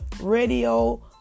radio